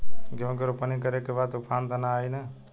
गेहूं के रोपनी करे के बा तूफान त ना आई न?